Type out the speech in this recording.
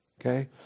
okay